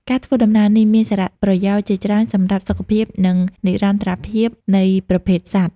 ការធ្វើដំណើរនេះមានសារៈប្រយោជន៍ជាច្រើនសម្រាប់សុខភាព និងនិរន្តរភាពនៃប្រភេទសត្វ។